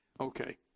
Okay